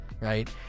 right